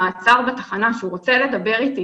המעצר בתחנה ואמר שהוא רוצה לדבר איתי.